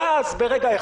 ואז ברגע,